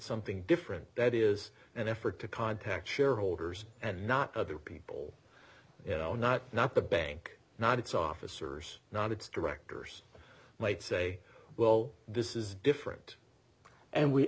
something different that is an effort to contact shareholders and not other people you know not not the bank not its officers not its directors might say well this is different and we